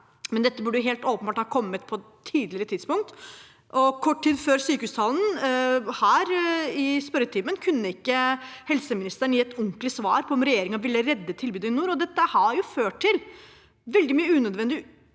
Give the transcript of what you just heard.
dette burde helt åpenbart ha kommet på et tidligere tidspunkt. Kort tid før sykehustalen kunne ikke helseministeren gi et ordentlig svar her i spørretimen på om regjeringen ville redde tilbudet i nord. Det har ført til veldig mye unødvendig